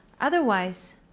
Otherwise